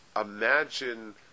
Imagine